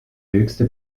höchste